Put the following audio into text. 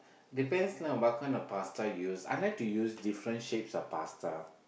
depends lah what kind of pasta you use I like to use different shapes of pasta